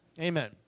Amen